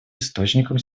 источником